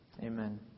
Amen